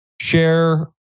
share